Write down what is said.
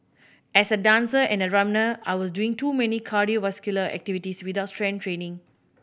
as a dancer and a runner I was doing too many cardiovascular activities without strength training